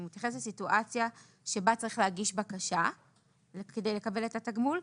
הוא מתייחס לסיטואציה שבה צריך להגיש בקשה כדי לקבל את התגמול.